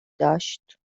داشت